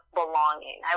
belonging